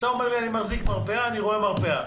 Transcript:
כשאתה אומר: אני מחזיק מרפאה אני רואה מרפאה.